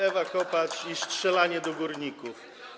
Ewa Kopacz i strzelanie do górników.